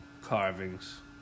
carvings